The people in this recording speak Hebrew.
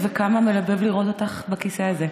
וכמה מלבב לראות אותך בכיסא הזה.